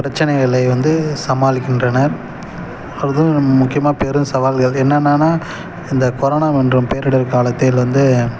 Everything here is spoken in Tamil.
பிரச்சனைகளை வந்து சமாளிக்கின்றனர் அதுவும் முக்கியமாக பெரும் சவால்கள் என்னன்னா இந்த கொரோனா மன்றம் பேரிடர் காலத்தில் வந்து